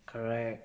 correct